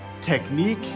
technique